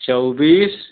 चौबीस